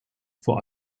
vor